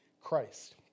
Christ